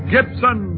Gibson